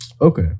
Okay